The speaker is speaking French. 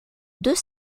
deux